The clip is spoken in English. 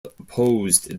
opposed